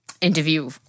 interview